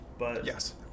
yes